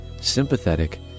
sympathetic